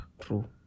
True